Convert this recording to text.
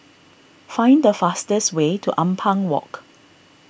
find the fastest way to Ampang Walk